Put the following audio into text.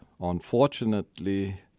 unfortunately